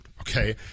Okay